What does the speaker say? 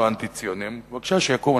שאנחנו אנטי-ציונים, בבקשה, שיקום.